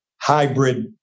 hybrid